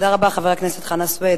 תודה רבה, חבר הכנסת חנא סוייד.